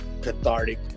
cathartic